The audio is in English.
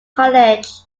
college